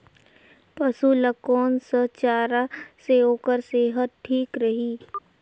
पशु ला कोन स चारा से ओकर सेहत ठीक रही?